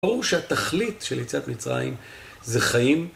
ברור שהתכלית של יציאת מצרים זה חיים.